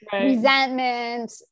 resentment